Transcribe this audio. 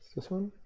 this one?